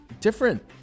different